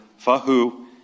Fahu